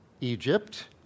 Egypt